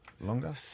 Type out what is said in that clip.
Longer